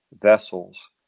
vessels